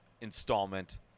installment